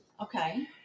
Okay